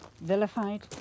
vilified